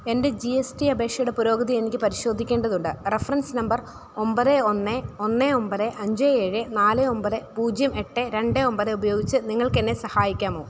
എൻ്റെ G S T അപേക്ഷയുടെ പുരോഗതി എനിക്ക് പരിശോധിക്കേണ്ടതുണ്ട് റഫറൻസ് നമ്പർ ഒമ്പത് ഒന്ന് ഒന്ന് ഒമ്പത് അഞ്ച് ഏഴ് നാല് ഒമ്പത് പൂജ്യം എട്ട് രണ്ട് ഒമ്പത് ഉപയോഗിച്ച് നിങ്ങൾക്ക് എന്നെ സഹായിക്കാമോ